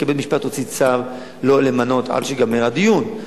כי בית-משפט הוציא צו לא למנות עד שייגמר הדיון.